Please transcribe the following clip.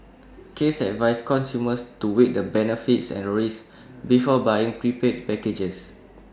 case advised consumers to weigh the benefits and risks before buying prepaid packages